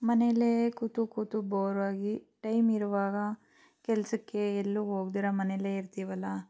ಮನೆಯಲ್ಲೇ ಕೂತು ಕೂತು ಬೋರಾಗಿ ಟೈಮಿರುವಾಗ ಕೆಲಸಕ್ಕೆ ಎಲ್ಲೂ ಹೋಗ್ದಿರ ಮನೆಯಲ್ಲೇ ಇರ್ತೀವಲ್ಲ